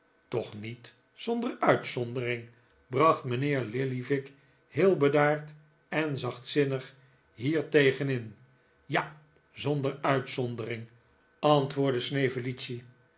toch niet zonder uitzondering bracht mijnheer lillyvick heel bedaard en zachtzinnig hiertegen in ja zonder uitzondering antwoordde